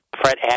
Fred